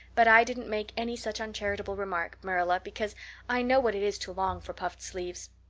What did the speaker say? but i didn't make any such uncharitable remark, marilla, because i know what it is to long for puffed sleeves.